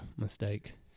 mistake